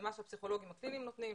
זה מה שהפסיכולוגים הקליניים נותנים,